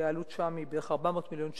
העלות שם היא בערך 400 מיליון שקל,